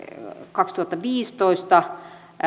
kaksituhattaviisitoista